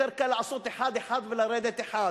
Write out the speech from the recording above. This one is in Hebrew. יותר קל לעשות 11 ולרדת אחד.